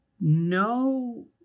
no